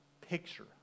picture